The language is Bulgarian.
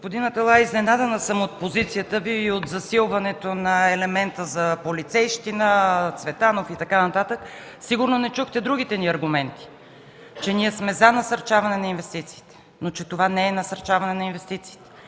Господин Аталай, изненадана съм от позицията Ви и от засилването на елемента за полицейщина, Цветанов и така нататък. Сигурно не чухте другите ни аргументи – че ние сме за насърчаване на инвестициите, но че това не е насърчаване на инвестициите.